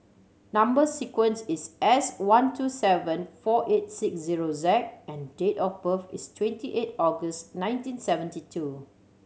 number sequence is S one two seven four eight six zero Z and date of birth is twenty eight August nineteen seventy two